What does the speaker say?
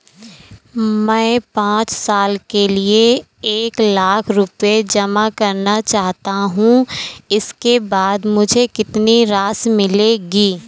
मैं पाँच साल के लिए एक लाख रूपए जमा करना चाहता हूँ इसके बाद मुझे कितनी राशि मिलेगी?